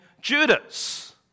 Judas